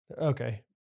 Okay